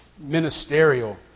ministerial